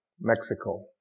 Mexico